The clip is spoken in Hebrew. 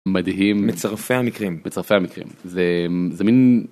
מדהים-מצרפי המקרים, מצרפי המקרים. זה, זה מין...